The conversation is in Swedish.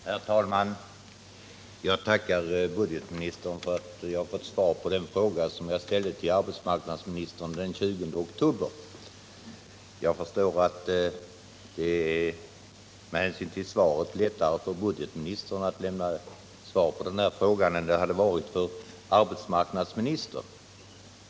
Herr talman! Jag tackar budgetministern för att jag har fått svar på den fråga som jag ställde till arbetsmarknadsministern den 20 oktober. Jag förstår att det är lättare för budgetministern att lämna svar på denna fråga än det hade varit för arbetsmarknadsministern.